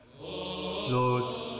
Lord